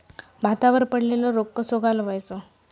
भातावर पडलेलो रोग कसो घालवायचो?